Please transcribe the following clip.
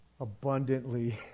Abundantly